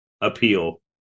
appeal